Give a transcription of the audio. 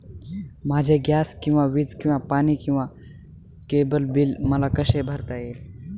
माझे गॅस किंवा वीज किंवा पाणी किंवा केबल बिल मला कसे भरता येईल?